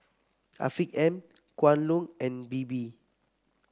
Afiq M Kwan Loong and Bebe